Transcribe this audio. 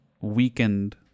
weakened